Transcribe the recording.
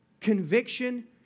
Conviction